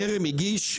טרם הגיש,